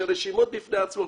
זה רשימות בפני עצמן,